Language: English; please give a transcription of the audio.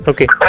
Okay